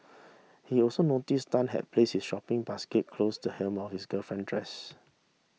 he also noticed Tan had placed his shopping basket close the hem of his girlfriend dress